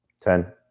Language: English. Ten